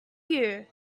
you